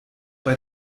bei